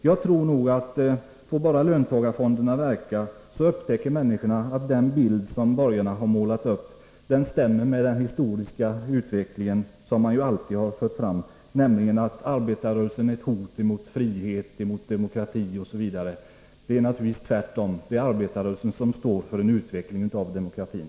Jag tror att får bara löntagarfonderna verka, så upptäcker människorna att den bild som borgarna målat upp av arbetarrörelsen som ett hot mot frihet och demokrati är lika felaktig den här gången som den alltid varit förut. Det är naturligtvis tvärtom — det är arbetarrörelsen som står för en utveckling av demokratin.